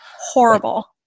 Horrible